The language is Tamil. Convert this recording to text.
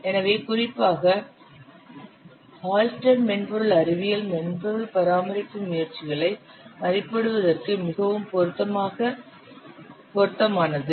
எனவே குறிப்பாக ஹால்ஸ்டெட் மென்பொருள் அறிவியல் மென்பொருள் பராமரிப்பு முயற்சிகளை மதிப்பிடுவதற்கு மிகவும் பொருத்தமானது